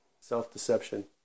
self-deception